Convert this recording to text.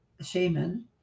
shaman